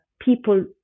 people